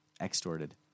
extorted